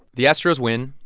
the astros win,